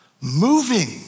moving